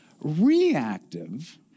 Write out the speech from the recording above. Reactive